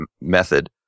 method